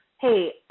hey